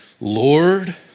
Lord